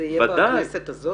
זה יהיה עוד בכנסת הזו?